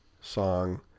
song